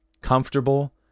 comfortable